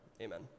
Amen